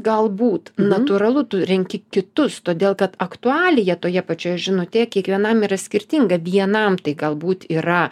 galbūt natūralu tu renki kitus todėl kad aktualija toje pačioje žinutėje kiekvienam yra skirtinga vienam tai galbūt yra